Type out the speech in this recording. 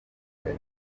igihe